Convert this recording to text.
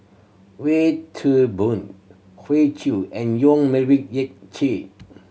Wee Toon Boon Hoey Choo and Yong Melvin Yik Chye